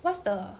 what's the